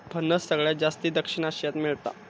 फणस सगळ्यात जास्ती दक्षिण आशियात मेळता